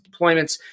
deployments